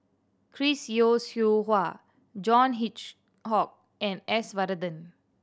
Chris Yeo Siew Hua John Hitchhock and S Varathan